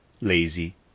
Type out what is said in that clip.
lazy